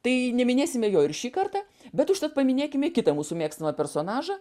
tai neminėsime jo ir šį kartą bet užtat paminėkime kitą mūsų mėgstamą personažą